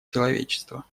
человечества